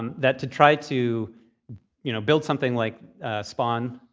um that to try to you know build something like spaun,